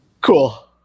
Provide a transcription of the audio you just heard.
Cool